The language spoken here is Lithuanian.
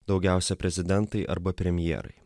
daugiausia prezidentai arba premjerai